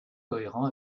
cohérent